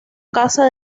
casa